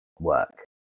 work